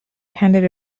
handed